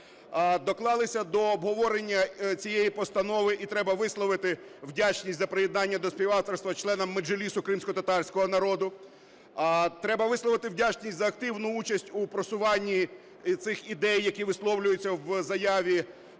доклалися до обговорення цієї постанови. І треба висловити вдячність за приєднання до співавторства членам Меджлісу кримськотатарського народу. Треба висловити вдячність за активну участь у просуванні цих ідей, які висловлюються в заяві